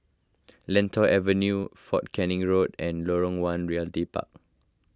Lentor Avenue fort Canning Road and Lorong one Realty Park